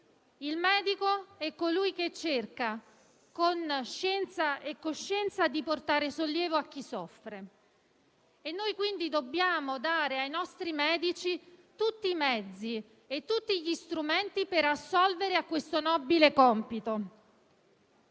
il medico è colui che cerca, con scienza e coscienza, di portare sollievo a chi soffre. Dobbiamo quindi dare ai nostri medici tutti i mezzi e gli strumenti per assolvere a questo nobile compito.